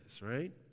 right